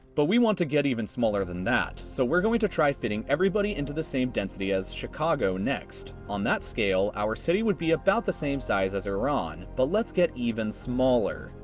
but we want to get even smaller than that. so we're going to try fitting everybody into the same density as chicago next. on that scale, our city would be about the same size as iran. but let's get even smaller.